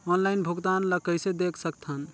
Online भुगतान ल कइसे देख सकथन?